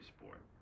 sport